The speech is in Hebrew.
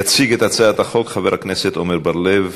יציג את הצעת החוק חבר הכנסת עמר בר-לב.